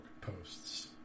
posts